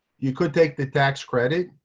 you could take the tax credit,